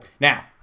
Now